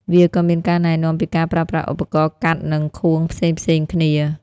វាក៏មានការណែនាំពីការប្រើប្រាស់ឧបករណ៍កាត់និងខួងផ្សេងៗគ្នា។